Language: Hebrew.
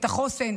החוסן